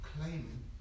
Claiming